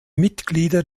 mitglieder